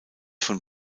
von